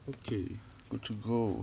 okay good to go